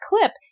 clip